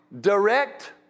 direct